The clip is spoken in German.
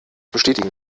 bestätigen